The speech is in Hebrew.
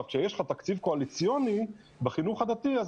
כשיש לך תקציב קואליציוני בחינוך הדתי זה